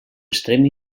extrem